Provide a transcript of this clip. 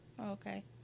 Okay